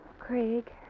Craig